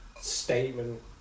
statement